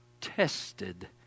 tested